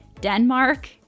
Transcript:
Denmark